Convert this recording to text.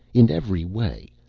in every way,